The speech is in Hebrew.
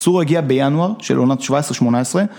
צור הגיע בינואר, של עונת 17-18